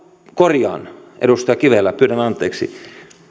korjaan edustaja kivelä pyydän anteeksi